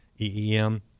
EEM